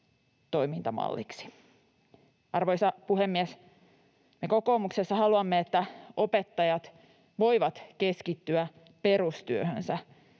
Arvoisa puhemies! Me kokoomuksessa haluamme, että opettajat voivat keskittyä perustyöhönsä.